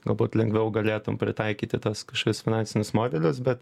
galbūt lengviau galėtum pritaikyti tas kažkokius finansinius modelius bet